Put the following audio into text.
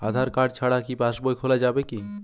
আধার card ছাড়া কি পাসবই খোলা যাবে কি?